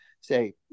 say